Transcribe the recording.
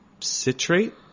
citrate